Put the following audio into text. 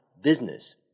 Business